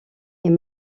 est